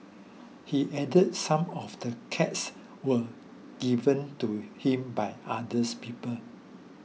he added some of the cats were given to him by others people